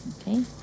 Okay